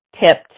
tipped